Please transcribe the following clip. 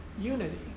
unity